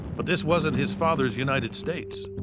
but this wasn't his father's united states.